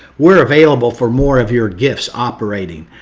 we're available for more of your gifts operating.